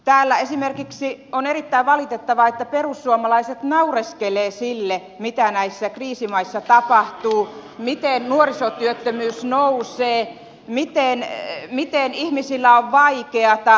täällä esimerkiksi on erittäin valitettavaa että perussuomalaiset naureskelevat sille mitä näissä kriisimaissa tapahtuu miten nuorisotyöttömyys nousee miten ihmisillä on vaikeata